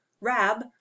Rab